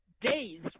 days